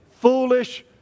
foolish